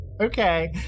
Okay